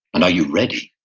and are you ready?